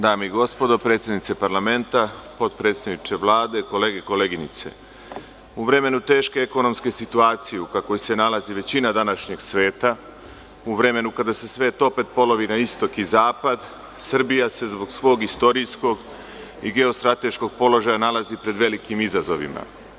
Dame i gospodo, predsednice parlamenta, potpredsedniče Vlade, kolege i koleginice, u vremenu teške vremenske situacije u kakvoj se nalazi većina današnjeg sveta, u vremenu kada se svet opet polovi na istok i zapad, Srbija se zbog svog istorijskog i geostrateškog položaja nalazi pred velikim izazovima.